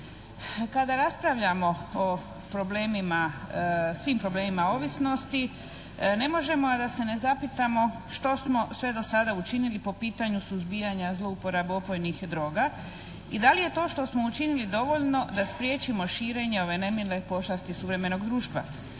Kada raspravljamo o problemima, svim problemima ovisnosti ne možemo a da se ne zapitamo što smo sve do sada učinili po pitanju suzbijanja zlouporabe opojnih droga i da li je to što smo učinili dovoljno da spriječimo širenje ove nemile pošasti suvremenog društva?